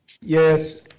yes